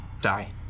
Die